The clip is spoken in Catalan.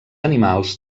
animals